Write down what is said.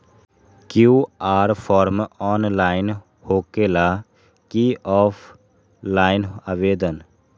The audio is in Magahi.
कियु.आर फॉर्म ऑनलाइन होकेला कि ऑफ़ लाइन आवेदन?